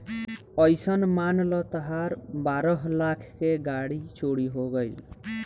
अइसन मान ल तहार बारह लाख के गाड़ी चोरी हो गइल